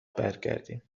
برگردیم